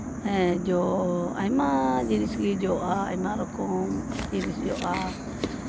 ᱦᱮᱸ ᱡᱚ ᱟᱭᱢᱟ ᱡᱤᱱᱤᱥ ᱜᱮ ᱡᱚᱜᱼᱟ ᱟᱭᱢᱟ ᱨᱚᱠᱚᱢ ᱡᱤᱱᱤᱥ ᱡᱚᱜᱼᱟ